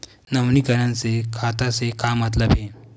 नवीनीकरण से खाता से का मतलब हे?